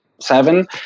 seven